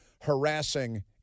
harassing